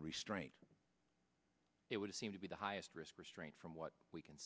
restraint it would seem to be the highest risk restraint from what we can